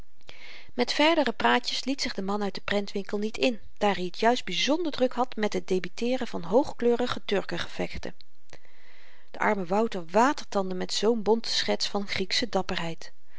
met verdere praatjes liet zich de man uit den prentwinkel niet in daar i t juist byzonder druk had met het debiteeren van hoogkleurige turkengevechten de arme wouter watertandde naar zoo'n bonte schets van grieksche dapperheid